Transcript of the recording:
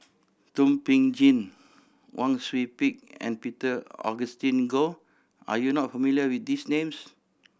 Thum Ping Tjin Wang Sui Pick and Peter Augustine Goh are you not familiar with these names